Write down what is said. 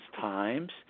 times